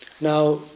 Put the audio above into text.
Now